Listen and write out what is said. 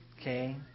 Okay